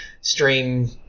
stream